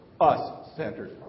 us-centered